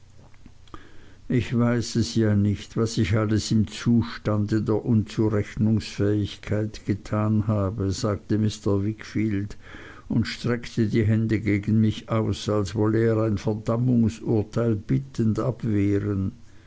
ich weiß es ja nicht was ich alles im zustande der unzurechnungsfähigkeit getan habe sagte mr wickfield und streckte die hände gegen mich aus als wolle er ein verdammungsurteil bittend abwehren